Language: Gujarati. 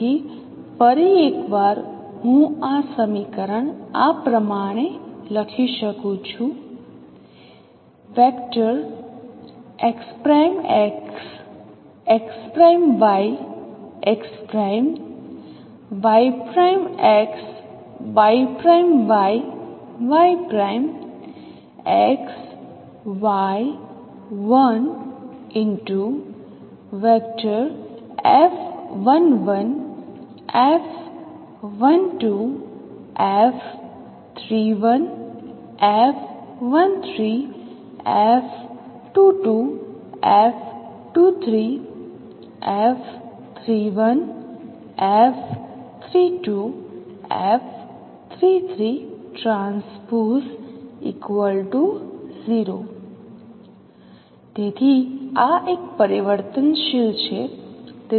તેથી ફરી એકવાર હું આ સમીકરણ આ પ્રમાણે લખી શકું છું તેથી આ એક પરિવર્તનશીલ છે